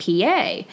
PA